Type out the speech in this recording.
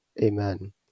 Amen